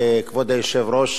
כבוד היושב-ראש,